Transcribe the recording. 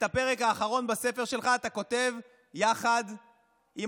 את הפרק האחרון בספר שלך אתה כותב יחד עם